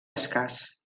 escàs